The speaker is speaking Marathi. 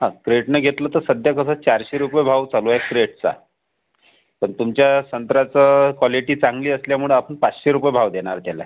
हा क्रेटनं घेतलं तर सध्या कसं चारशे रुपये भाव चालू आहे क्रेटचा पण तुमच्या संत्र्याची क्वालिटी चांगली असल्यामुळे आपण पाचशे रुपये भाव देणार त्याला